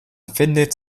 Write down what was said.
findet